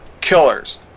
killers